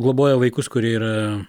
globoja vaikus kurie yra